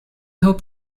hope